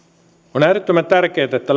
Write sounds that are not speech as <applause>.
on äärettömän tärkeätä että <unintelligible>